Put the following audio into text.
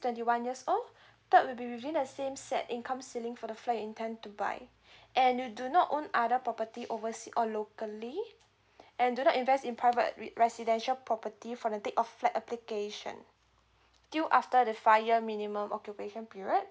twenty one years old third will be using the same set income ceiling for the flat you intend to buy and you do not own other property oversea or locally and do not invest in private residential property for the take off flat application due after the fire minimum occupation period